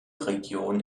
region